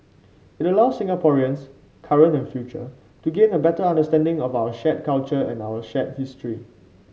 it allows Singaporeans current and future to gain a better understanding of our shared culture and our shared history